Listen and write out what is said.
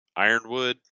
ironwood